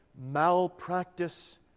malpractice